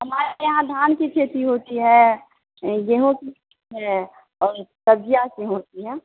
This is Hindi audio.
हमारे यहाँ धान की खेती होती है गेहूँ की है और सब्जियाँ की होती हैं